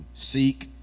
Seek